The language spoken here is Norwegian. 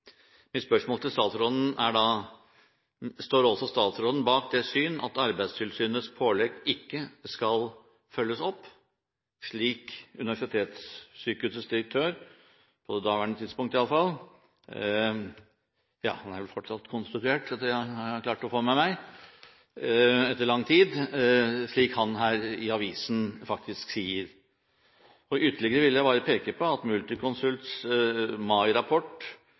Mitt spørsmål til statsråden er da: Står også statsråden bak det syn at Arbeidstilsynets pålegg ikke skal følges opp, slik Universitetssykehusets direktør, på det daværende tidspunkt i alle fall – han er vel fortsatt konstituert etter det jeg har klart å få med meg – her faktisk sier? Ytterligere vil jeg bare peke på at